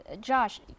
Josh